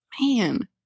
man